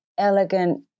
elegant